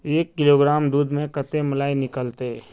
एक किलोग्राम दूध में कते मलाई निकलते?